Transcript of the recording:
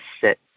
sit